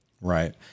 Right